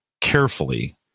carefully